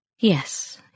Yes